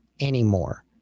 anymore